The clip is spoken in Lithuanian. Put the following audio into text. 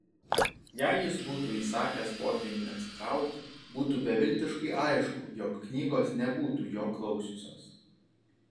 jei jis būtų įsakęs potvyniui atsitraukti būtų beviltiškai aišku jog knygos nebūtų jo klausiusios